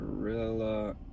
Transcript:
gorilla